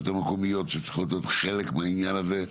המקומיות שצריכות להיות חלק מהעניין הזה.